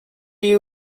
you